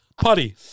Putty